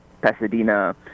Pasadena